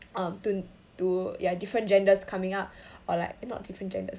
um to~ to ya different genders coming up or like not different genders